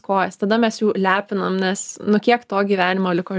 kojas tada mes jau lepinam nes nu kiek to gyvenimo liko